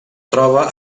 troba